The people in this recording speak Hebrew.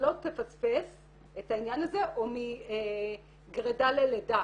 לא תפספס את העניין הזה או מגרידה ללידה.